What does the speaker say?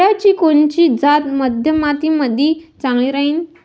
केळाची कोनची जात मध्यम मातीमंदी चांगली राहिन?